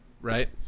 right